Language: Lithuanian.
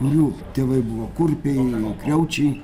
jų tėvai buvo kurpiai kriaučiai